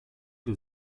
der